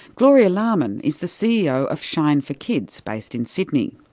gloria larman is the ceo of shine for kids, based in sydney.